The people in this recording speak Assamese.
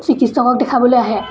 চিকিৎসকক দেখাবলৈ আহে